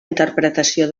interpretació